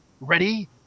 Ready